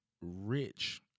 rich